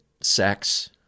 Sex